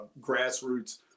grassroots